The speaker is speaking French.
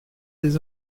des